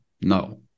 No